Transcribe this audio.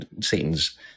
Satan's